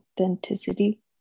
authenticity